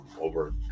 over